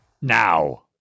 Now